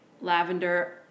lavender